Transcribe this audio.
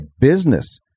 business